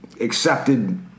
accepted